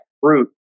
fruit